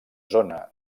zona